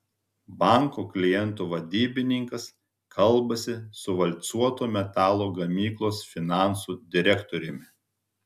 banko klientų vadybininkas kalbasi su valcuoto metalo gamyklos finansų direktoriumi